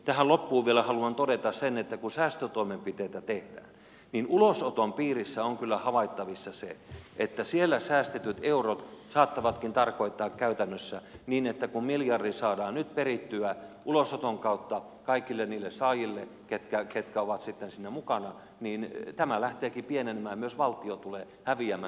tähän loppuun vielä haluan todeta sen että kun säästötoimenpiteitä tehdään niin ulosoton piirissä on kyllä havaittavissa se että siellä säästetyt eurot saattavatkin tarkoittaa käytännössä sitä että kun miljardi saadaan nyt perittyä ulosoton kautta kaikille niille saajille ketkä ovat sitten siinä mukana niin tämä lähteekin pienenemään ja myös valtio tulee häviämään